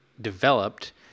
developed